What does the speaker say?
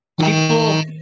People